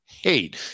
hate